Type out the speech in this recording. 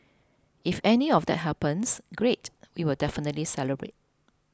if any of that happens great we will definitely celebrate